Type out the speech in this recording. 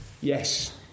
Yes